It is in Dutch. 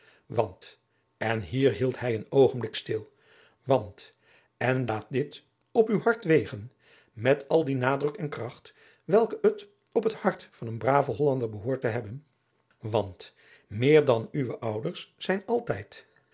en laat dit op uw hart wegen met al die nadruk en kracht welke het op het hart van een braven hollander behoort te hebben want meer dan uwe ouders zijn altijd